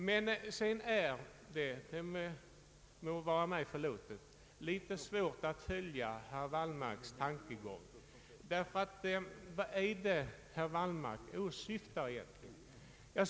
Men sedan har jag — det må vara mig förlåtet — litet svårt att följa herr Wallmarks tankegång. Vad är det herr Wallmark åsyftar egentligen?